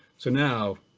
so now,